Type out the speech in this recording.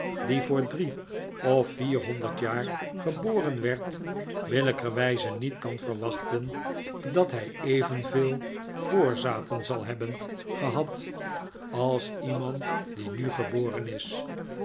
die voor drie of vierhonderd jaar geboren werd billijkerwijze niet kan verwachten dat hij evenveel voorzaten zal hebben gehad als iemand die nu geboren is